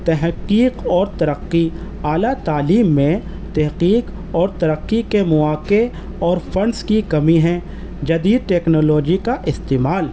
تحقیق اور ترقی اعلیٰ تعلیم میں تحقیق اور ترقی کے مواقع اور فنڈز کی کمی ہے جدید ٹیکنالوجی کا استعمال